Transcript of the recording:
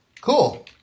Cool